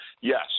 Yes